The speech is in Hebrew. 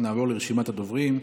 נעבור לרשימת הדוברים.